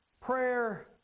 prayer